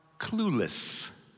clueless